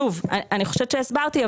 אני חושבת שהסברתי,